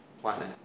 planet